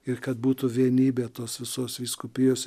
ir kad būtų vienybė tos visos vyskupijos